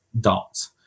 dot